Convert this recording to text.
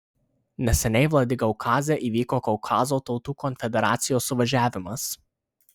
neseniai vladikaukaze įvyko kaukazo tautų konfederacijos suvažiavimas